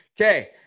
Okay